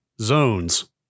zones